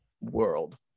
world